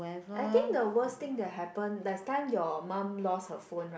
I think the worst thing that happen that time your mum lost her phone right